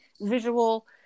visual